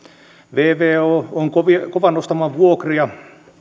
vvo on kova nostamaan vuokria